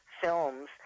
films